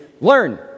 learn